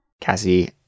Cassie